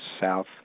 south